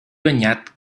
banyat